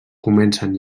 comencen